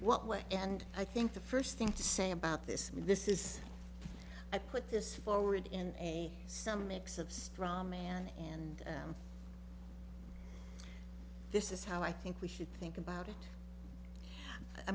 what way and i think the first thing to say about this this is i put this forward in a some mix of straw man and this is how i think we should think about it i